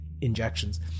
injections